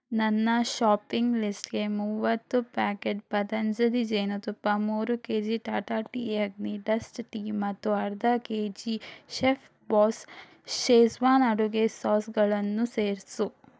ನನ್ನ ಶಾಪಿಂಗ್ ಲಿಸ್ಟ್ಗೆ ಮೂವತ್ತು ಪ್ಯಾಕೆಟ್ ಪತಂಜಲಿ ಜೇನುತುಪ್ಪ ಮೂರು KG Tata tea Agni dust tea ಮತ್ತು ಅರ್ಧ ಕೆಜಿ ಶೆಫ್ಬಾಸ್ ಷೇಜ್ವಾನ್ ಅಡುಗೆ ಸಾಸ್ಗಳನ್ನು ಸೇರಿಸು